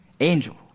angel